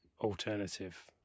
alternative